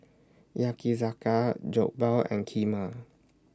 Yakizakana Jokbal and Kheema